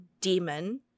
demon